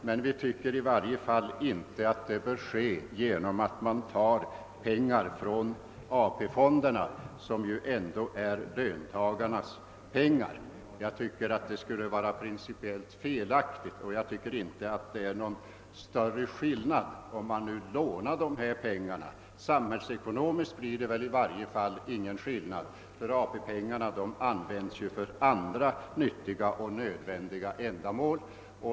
Men vi tycker inte att det bör ske genom att ta pengar från AP-fonderna, som ändå är löntagarnas pengar. Det vore principiellt felaktigt, och det är inte någon större skillnad om man nu lånar dessa pengar. Samhällsekonomiskt blir det i varje fall inte någon skillnad, eftersom AP-pengarna används för andra nyttiga och nödvändiga ändamål.